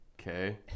Okay